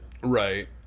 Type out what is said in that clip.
right